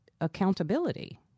accountability